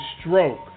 stroke